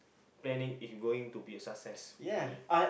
planning is going to be a success hopefully